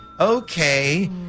Okay